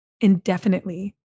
indefinitely